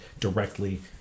directly